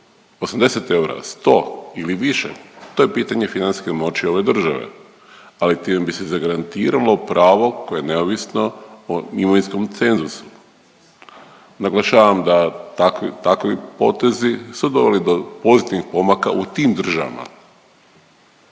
80 eura, 100 ili više to je pitanje financijske moći ove države, ali time bi se zagarantiralo pravo koje je neovisno o imovinskom cenzusu. Naglašavam da takvi potezi su doveli do pozitivnih pomaka u tim državama.